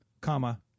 Comma